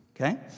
Okay